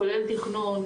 כולל תכנון,